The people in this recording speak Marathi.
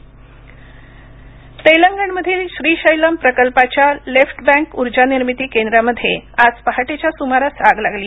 तेलंगण आग तेलंगणमधील श्रीशैलम प्रकल्पाच्या लेफ्ट बँक ऊर्जानिर्मिती केंद्रामध्ये आज पहाटेच्या सुमारास आग लागली